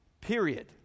Period